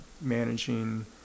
managing